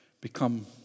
become